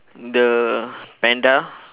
the panda